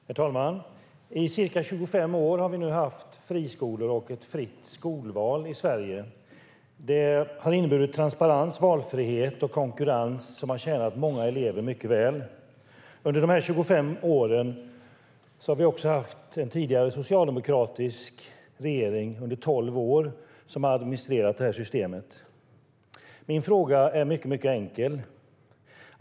Herr talman! I ca 25 år har vi nu haft friskolor och ett fritt skolval i Sverige. Det har inneburit transparens, valfrihet och konkurrens som har tjänat många elever mycket väl. Under dessa 25 år har vi också haft en tidigare socialdemokratisk regering som under tolv år har administrerat systemet. Min fråga är mycket enkel.